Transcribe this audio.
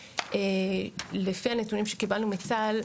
לפי הנתונים שקיבלנו מצה"ל,